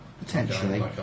Potentially